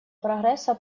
прогресса